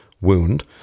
wound